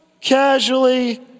casually